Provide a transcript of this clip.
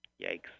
Yikes